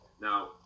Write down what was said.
Now